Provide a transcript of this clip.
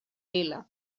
lila